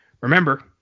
Remember